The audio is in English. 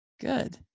good